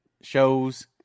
shows